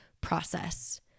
process